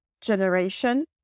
generation